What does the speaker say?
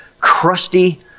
crusty